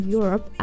Europe